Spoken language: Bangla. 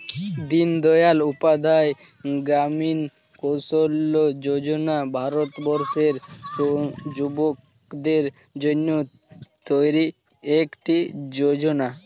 দিনদয়াল উপাধ্যায় গ্রামীণ কৌশল্য যোজনা ভারতবর্ষের যুবকদের জন্য তৈরি একটি যোজনা